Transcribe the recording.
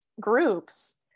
groups